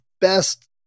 best